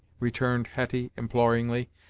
returned hetty imploringly.